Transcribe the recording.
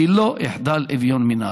כי לא יחדל אביון מן הארץ.